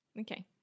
Okay